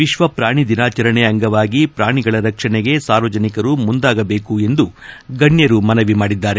ವಿಕ್ಷ ಪ್ರಾಣಿ ದಿನಾಚರಣೆ ಅಂಗವಾಗಿ ಪ್ರಾಣಿಗಳ ರಕ್ಷಣೆಗೆ ಸಾರ್ವಜನಿಕರು ಮುಂದಾಗಬೇಕು ಎಂದು ಗಣ್ಣರು ಮನವಿ ಮಾಡಿದ್ದಾರೆ